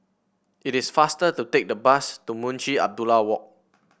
it is faster to take the bus to Munshi Abdullah Walk